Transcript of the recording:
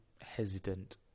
hesitant